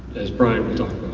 as bryan will talk